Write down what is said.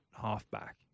halfback